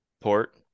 port